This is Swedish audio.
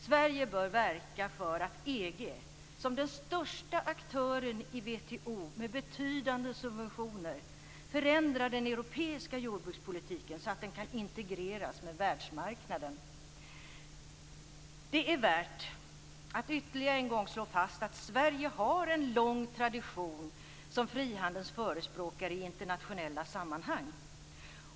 Sverige bör verka för att EG, som den största aktören i WTO med betydande subventioner, förändrar den europeiska jordbrukspolitiken så att den kan integreras med världsmarknaden. Det är värt att ytterligare en gång slå fast att Sverige har en lång tradition som frihandelns förespråkare i internationella sammanhang.